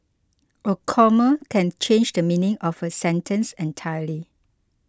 a comma can change the meaning of a sentence entirely